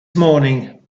morning